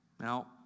Now